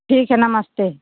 ठीक है नमस्ते